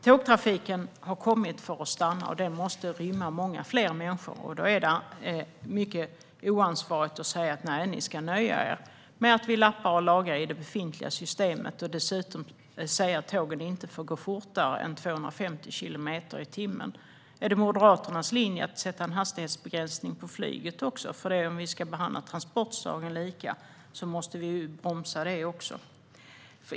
Tågtrafiken har kommit för att stanna, och den måste rymma många fler människor. Då är det mycket oansvarigt att säga: Nej, ni får nöja er med att vi lappar och lagar i det befintliga systemet, och tågen får inte gå fortare än 250 kilometer i timmen. Är det Moderaternas linje att sätta en hastighetsbegränsning på flyget också? Om vi ska behandla transportslagen lika måste vi bromsa det också.